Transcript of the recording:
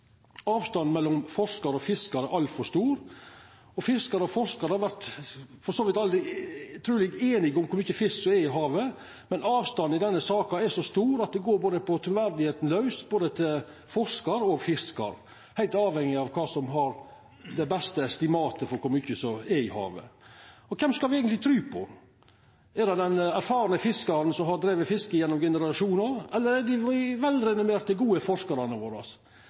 Avstanden mellom forskar og fiskar er altfor stor. Fiskarar og forskarar vert truleg aldri einige om kor mykje fisk som er i havet, men avstanden i denne saka er så stor at det går på truverdet laus til både fiskar og forskar, heilt avhengig av kven som har det beste estimatet av kor mykje som er i havet. Kven skal me eigentleg tru på? Er det den erfarne fiskaren som har drive fiske gjennom generasjonar, eller er det dei velrenommerte, gode forskarane våre?